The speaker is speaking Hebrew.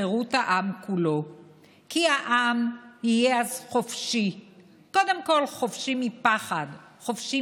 חברי כנסת כך שהיא תהיה פי 2.5 מיחידת מימון אחת לכל חבר כנסת באותה